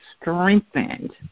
strengthened